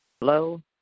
hello